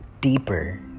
deeper